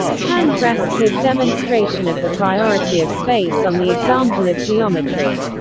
kant rests his demonstration of the priority of space on the example of geometry.